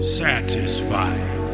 satisfied